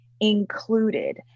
included